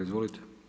Izvolite.